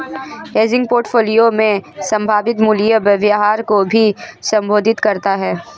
hedging portfolio में संभावित मूल्य व्यवहार को भी संबोधित करता हैं